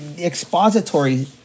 expository